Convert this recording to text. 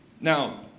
Now